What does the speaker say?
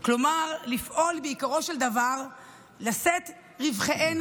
כלומר לפעול בעיקרו של דבר להשאת רווחיהן